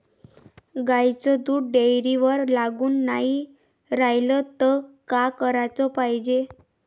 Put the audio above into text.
गाईचं दूध डेअरीवर लागून नाई रायलं त का कराच पायजे?